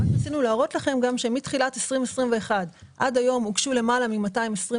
רצינו להראות לכם שמתחילת 2021 עד היום הוגשו למעלה מ-225